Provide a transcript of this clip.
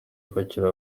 bakiri